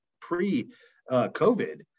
pre-COVID